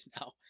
now